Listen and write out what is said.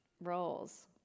roles